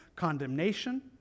Condemnation